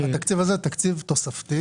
זה תקציב תוספתי